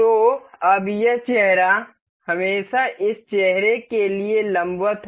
तो अब यह चेहरा हमेशा इस चेहरे के लिए लंबवत है